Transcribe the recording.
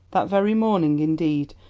that very morning, indeed,